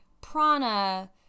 prana